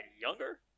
younger